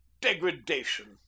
degradation